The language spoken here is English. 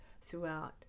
throughout